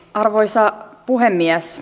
arvoisa puhemies